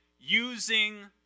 using